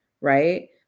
right